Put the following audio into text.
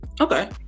Okay